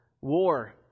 war